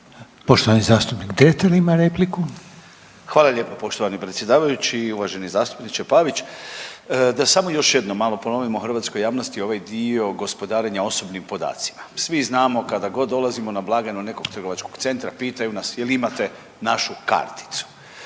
Poštovani zastupnik Dretar ima repliku. **Dretar, Davor (DP)** Hvala lijepo poštovani predsjedavajući. Uvaženi zastupniče Pavić, da samo još jednom malo ponovimo hrvatskoj javnosti ovaj dio gospodarenja osobnim podacima. Svi znamo kada god dolazimo na blagajnu nekog trgovačkog centra pitaju nas jel imate našu karticu.